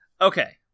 Okay